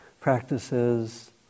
practices